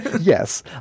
Yes